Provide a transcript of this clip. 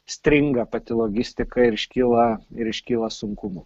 stringa pati logistika ir iškyla ir iškyla sunkumų